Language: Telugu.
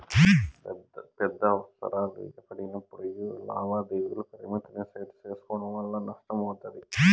పెద్ద అవసరాలు పడినప్పుడు యీ లావాదేవీల పరిమితిని సెట్టు సేసుకోవడం వల్ల నష్టమయితది